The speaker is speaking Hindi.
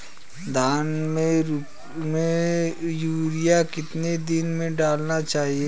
धान में यूरिया कितने दिन में डालना चाहिए?